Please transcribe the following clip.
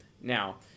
Now